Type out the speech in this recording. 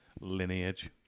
lineage